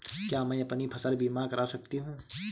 क्या मैं अपनी फसल बीमा करा सकती हूँ?